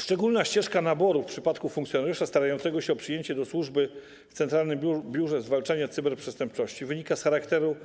Szczególna ścieżka naboru w przypadku funkcjonariusza starającego się o przyjęcie do służby w Centralnym Biurze Zwalczania Cyberprzestępczości wynika z charakteru